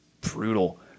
brutal